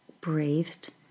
breathed